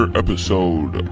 episode